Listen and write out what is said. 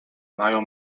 mają